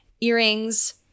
Earrings